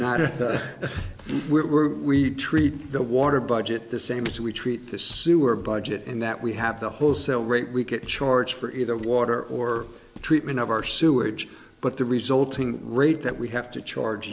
not were we treat the water budget the same as we treat the sewer budget and that we have the wholesale rate we could charge for either water or treatment of our sewage but the resulting rate that we have to charge